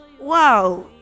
wow